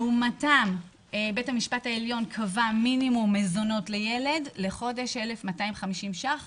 לעומתם בית המשפט העליון קבע מינימום מזונות לילד לחודש 1,250 שקלים,